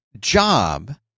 job